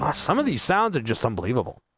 ah some of the sounded just unbelievable